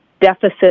deficit